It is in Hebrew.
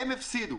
והם הפסידו.